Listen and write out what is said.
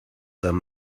them